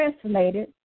translated